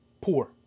poor